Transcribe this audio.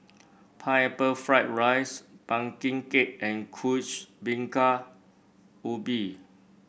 Pineapple Fried Rice pumpkin cake and Kuih Bingka Ubi